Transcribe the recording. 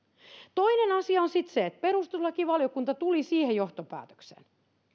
toinen asia on sitten se että perustuslakivaliokunta tuli siihen johtopäätökseen